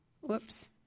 Whoops